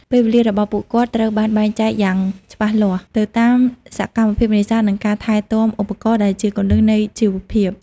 ពេលវេលារបស់ពួកគាត់ត្រូវបានបែងចែកយ៉ាងច្បាស់លាស់ទៅតាមសកម្មភាពនេសាទនិងការថែទាំឧបករណ៍ដែលជាគន្លឹះនៃជីវភាព។